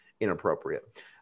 inappropriate